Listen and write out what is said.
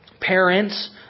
Parents